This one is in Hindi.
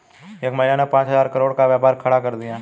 एक महिला ने पांच हजार करोड़ का व्यापार खड़ा कर दिया